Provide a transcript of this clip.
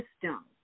system